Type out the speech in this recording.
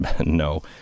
no